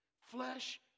flesh